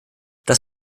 das